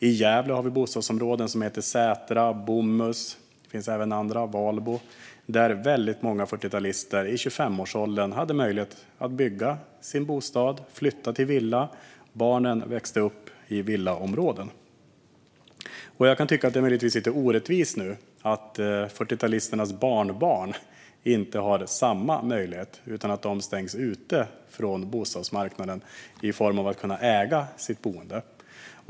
I Gävle finns bostadsområden som Sätra, Bomhus, Valbo och andra, där många 40-talister i 25-årsåldern hade möjlighet att bygga bostad och flytta till villa. Deras barn växte upp i villaområden. Jag kan tycka att det är orättvist att 40-talisternas barnbarn nu inte har samma möjlighet utan stängs ute från bostadsmarknaden och möjligheten att äga sitt boende.